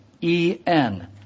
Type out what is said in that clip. E-N